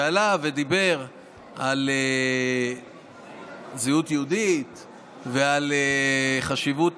שעלה ודיבר על זהות יהודית ועל חשיבות